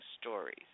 stories